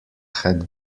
had